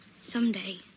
Someday